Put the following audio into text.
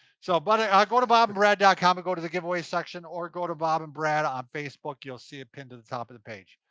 so but ah go to bobandbrad dot com and go to the giveaway section or go to bobandbrad on facebook, you'll see it pinned to the top of the page.